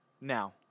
Now